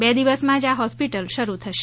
બે દિવસમાંજ આ હોસ્પીટલ શરૂ થશે